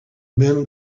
men